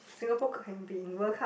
Singapore can be in World Cup